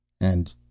And